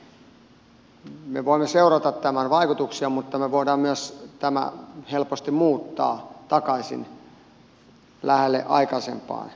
siinä mielessä me voimme seurata tämän vaikutuksia mutta me voimme myös tämän helposti muuttaa takaisin lähelle aikaisempaa lakia